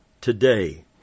today